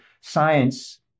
science